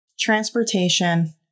transportation